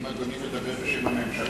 האם אדוני מדבר בשם הממשלה?